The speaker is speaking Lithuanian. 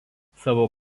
savo